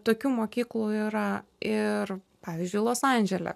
tokių mokyklų yra ir pavyzdžiui los andžele